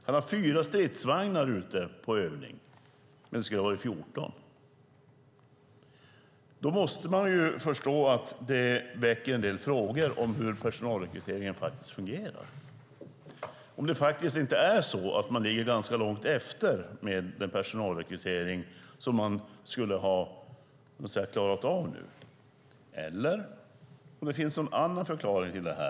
Han har 4 stridsvagnar ute på övning, men det skulle ha varit 14. Man måste förstå att det väcker en del frågor om hur personalrekryteringen faktiskt fungerar. Kan det vara så att man nog ligger ganska långt efter med den personalrekrytering som skulle ha varit klar nu? Eller finns det någon annan förklaring till detta?